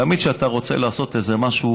תמיד כשאתה רוצה לעשות משהו